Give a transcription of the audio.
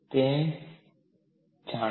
તે કઈ નહીં પણ આ છે